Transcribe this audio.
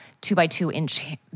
two-by-two-inch